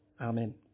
Amen